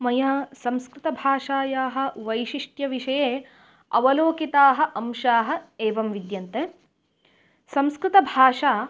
मया संस्कृतभाषायाः वैशिष्ट्यविषये अवलोकिताः अंशाः एवं विद्यन्ते संस्कृतभाषा